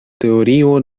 teorio